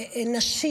נשים.